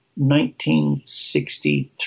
1963